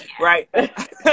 right